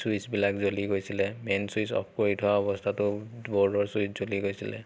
চুইচবিলাক জ্বলি গৈছিলে main switch off কৰি থোৱা অৱস্থাতো ব'ৰ্ডৰ চুইচ জ্বলি গৈছিলে